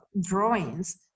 drawings